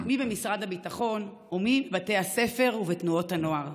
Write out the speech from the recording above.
מי במשרד הביטחון ומי בבתי הספר ובתנועות הנוער.